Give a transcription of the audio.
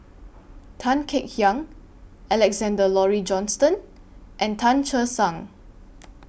Tan Kek Hiang Alexander Laurie Johnston and Tan Che Sang